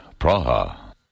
Praha